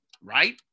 right